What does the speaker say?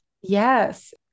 Yes